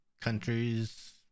countries